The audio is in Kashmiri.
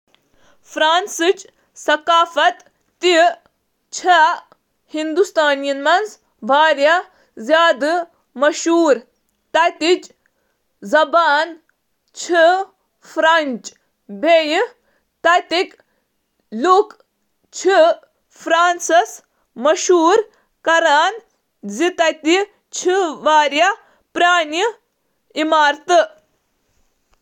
فرانسیسی ثقافت چھِ اعلیٰ فیشن، عمدہ کھٮ۪ن، تہٕ فن تہٕ تفریح سۭتۍ محبت خٲطرٕ زاننہٕ یِوان۔ فرانسیسی چھِ پننہِ اصل آداب تہٕ کامہِ تہٕ زِنٛدگی ہِنٛدِس توازنس خٲطرٕ قدر خٲطرٕ زاننہٕ یِوان۔